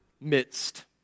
midst